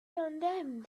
condemned